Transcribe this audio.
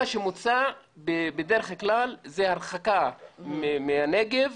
מה שמוצע בדרך כלל זאת הרחקה מהנגב